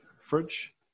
Fridge